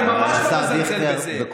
אני ממש לא מזלזל בזה.